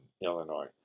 Illinois